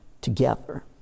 together